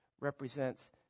represents